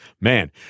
man